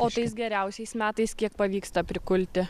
o tais geriausiais metais kiek pavyksta prikulti